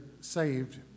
saved